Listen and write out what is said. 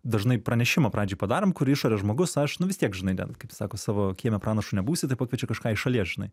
dažnai pranešimą pradžioj padarom kur išorės žmogus aš nu vis tiek kaip sako savo kieme pranašu nebūsi ta pakviečia kažką iš šalies žinai